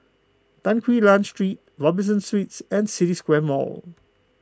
Tan Quee Lan Street Robinson Suites and City Square Mall